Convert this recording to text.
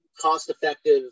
cost-effective